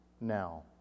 now